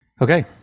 okay